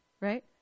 right